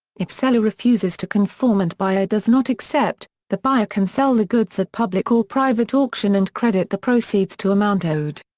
if seller refuses to conform and buyer does not accept, the buyer can sell the goods at public or private auction and credit the proceeds to amount owed.